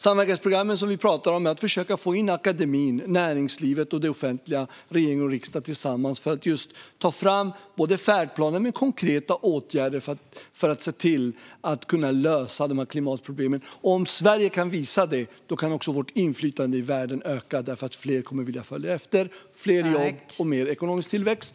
Samverkansprogrammen som vi talar om handlar om att försöka få in akademin, näringslivet och det offentliga med regering och riksdag tillsammans för att ta fram en färdplan med konkreta åtgärder för att se till att kunna lösa klimatproblemen. Om Sverige kan visa det kan också vårt inflytande i världen öka därför att fler kommer att vilja följa efter. Det skapar fler jobb och mer ekonomisk tillväxt.